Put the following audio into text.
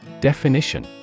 Definition